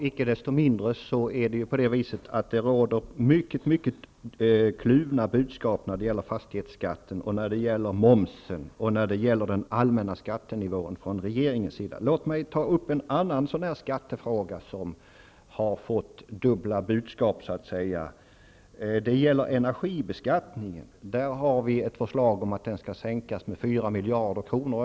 Fru talman! Det kommer många dubbla budskap från regeringen när det gäller fastighetsskatten, momsen och den allmäna skattenivån. Låt mig ta upp en annan skattefråga där man har givit dubbla budskap. Det gäller energibeskattningen. Där har vi ett förslag om att den skall minskas med 4 miljarder kronor.